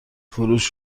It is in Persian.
فروش